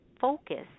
focus